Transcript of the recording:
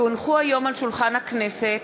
כי הונחו היום על שולחן הכנסת,